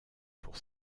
pour